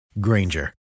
Granger